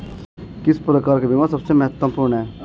किस प्रकार का बीमा सबसे महत्वपूर्ण है?